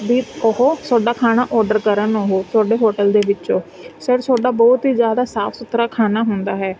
ਦੀ ਉਹ ਤੁਹਾਡਾ ਖਾਣਾ ਓਡਰ ਕਰਨ ਉਹ ਤੁਹਾਡੇ ਹੋਟਲ ਦੇ ਵਿੱਚ ਸਰ ਤੁਹਾਡਾ ਬਹੁਤ ਹੀ ਜ਼ਿਆਦਾ ਸਾਫ਼ ਸੁਥਰਾ ਖਾਣਾ ਹੁੰਦਾ ਹੈ